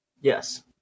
Yes